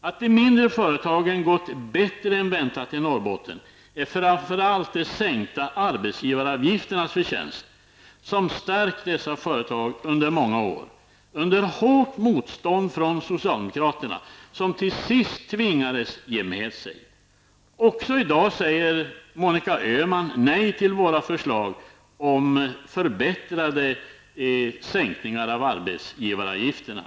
Att de mindre företagen gått bättre än väntat i Norrbotten är framför allt de sänkta arbetsgivaravgifternas förtjänst. Detta har stärkt dessa företag under många år. Detta har skett under hårt motstånd från socialdemokraterna, som till sist tvingades ge med sig. Också i dag säger Monica Öhman nej till våra förslag om ytterligare sänkningar av arbetsgivaravgifterna.